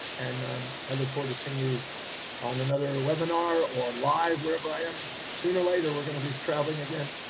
and um i look forward to seeing you on another webinar or live wherever i am sooner or later, we're going to be traveling again.